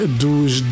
dos